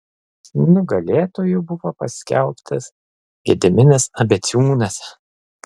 nugalėtoju buvo paskelbtas gediminas abeciūnas